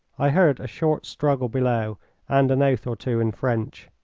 i heard a short struggle below and an oath or two in french.